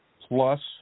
plus